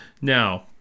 Now